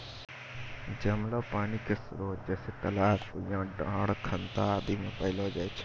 जमलो पानी क स्रोत जैसें तालाब, कुण्यां, डाँड़, खनता आदि म पैलो जाय छै